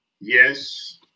Yes